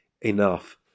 enough